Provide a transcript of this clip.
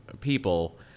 people